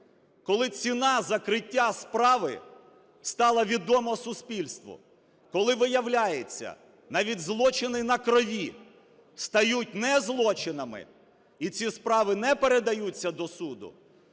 коли ціна закриття справи стала відома суспільству. Коли виявляється, навіть злочини на крові стають не злочинами, і ці справи не передають до суду,